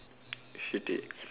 shitty